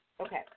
Okay